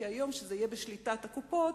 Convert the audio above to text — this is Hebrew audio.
כי היום, כשזה יהיה בשליטת הקופות,